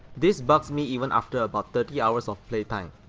this bugs me even after about thirty hours of play time.